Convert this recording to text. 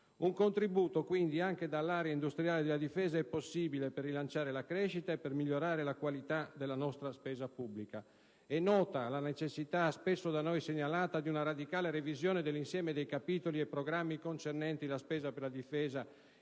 Un contributo anche dall'area industriale della difesa, quindi, è possibile per rilanciare la crescita e per migliorare la qualità della nostra spesa pubblica. È nota la necessità, spesso da noi segnalata, di una radicale revisione dell'insieme di capitoli e programmi concernenti la spesa per la difesa